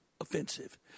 offensive